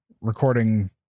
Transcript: recording